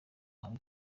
ahawe